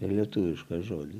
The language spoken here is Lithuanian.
ir lietuvišką žodį